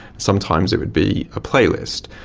sometimes it would be a playlist.